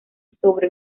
sobre